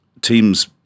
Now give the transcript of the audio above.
teams